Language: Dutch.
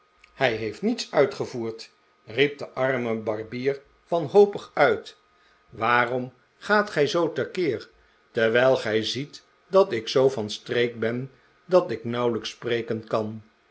hij heeft niets uitgevoerd riep de arme barbier wanhopig uit waarom gaat gij zoo te keer terwijl gij ziet dat ik zoo van streek ben dat ik nauwelijks spreken kan